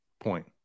point